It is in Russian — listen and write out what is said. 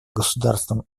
государством